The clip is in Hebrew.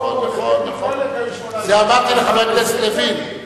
את זה אמרתי לחבר הכנסת לוין.